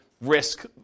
risk